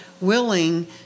willing